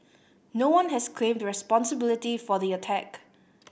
no one has claimed responsibility for the attack